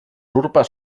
urpes